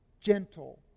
gentle